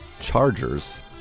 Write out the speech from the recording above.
Chargers